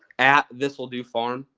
at this'll do farm.